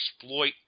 exploit